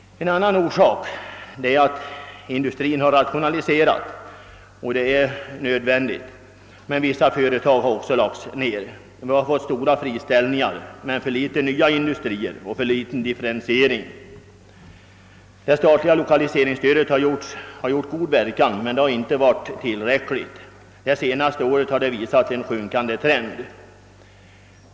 En annan orsak är att industrin har rationaliserats — och det har varit nödvändigt — men vissa företag har också lagts ned. Vi har fått stora friställningar men för få nya industrier och för liten differentiering. Det statliga lokaliseringsstödet har gjort god verkan men har inte varit tillräckligt. Det senaste året har det dessutom visat sjunkande trend.